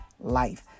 life